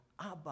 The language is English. Abba